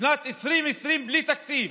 שנת 2020 בלי תקציב.